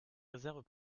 réserves